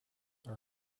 are